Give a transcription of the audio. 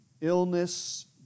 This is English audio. Illness